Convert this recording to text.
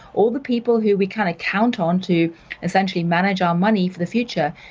all the people who we kind of count on to essentially manage our money for the future,